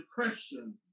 depression